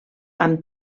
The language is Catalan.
amb